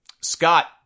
Scott